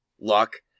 luck